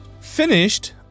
finished